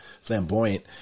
flamboyant